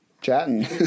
chatting